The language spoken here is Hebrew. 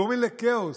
גורמים לכאוס,